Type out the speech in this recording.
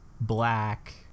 black